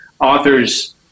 authors